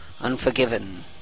Unforgiven